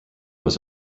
was